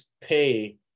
pay